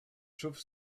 chauves